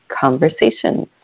conversations